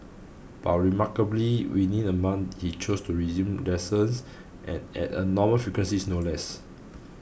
but remarkably within a month he chose to resume lessons and at a normal frequencies no less